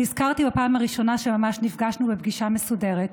נזכרתי בפעם הראשונה שממש נפגשנו בפגישה מסודרת.